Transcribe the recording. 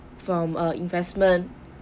from a investment